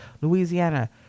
Louisiana